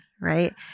right